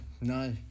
no